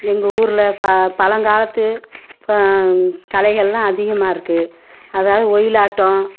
எங்கள் ஊரில் பா பழங்காலத்து இப்போ கலைகளெலாம் அதிகமாக இருக்குது அதாவது ஒயிலாட்டம்